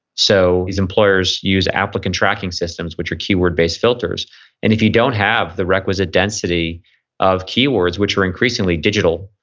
so, these employers use applicant tracking systems, which are keyword based filters and if you don't have the requisite density of keywords which are increasingly digital,